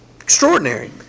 Extraordinary